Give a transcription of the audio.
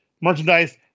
merchandise